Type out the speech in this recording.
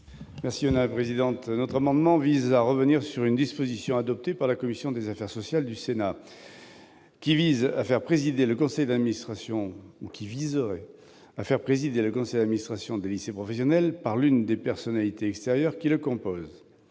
Magner. Cet amendement vise à revenir sur une disposition adoptée par la commission des affaires sociales du Sénat, qui confie la présidence du conseil d'administration des lycées professionnels à l'une des personnalités extérieures qui le composent.